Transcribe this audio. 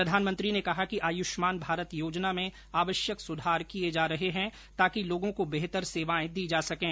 प्रधानमंत्री ने कहा कि आयुष्मान भारत योजना में आवश्यक सुधार किए जा रहे हैं ताकि लोगों को बेहतर सेवाएं दी जा सकें